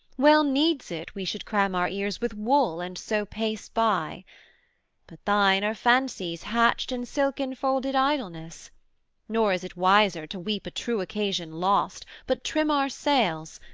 well needs it we should cram our ears with wool and so pace by but thine are fancies hatched in silken-folded idleness nor is it wiser to weep a true occasion lost, but trim our sails,